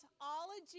ology